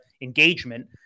engagement